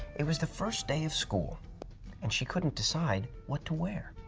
it was the first day of school and she couldn't decide what to wear.